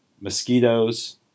mosquitoes